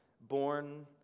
born